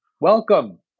Welcome